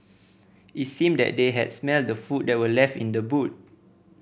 it seemed that they had smelt the food that were left in the boot